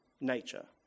nature